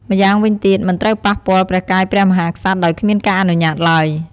ម្យ៉ាងវិញទៀតមិនត្រូវប៉ះពាល់ព្រះកាយព្រះមហាក្សត្រ ដោយគ្មានការអនុញ្ញាតឡើយ។